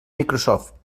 microsoft